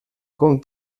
con